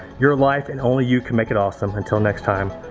your life, and only you can make it awesome. until next time,